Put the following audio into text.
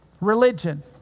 Religion